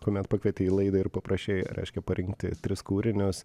kuomet pakvietei į laidą ir paprašei reiškia parinkti tris kūrinius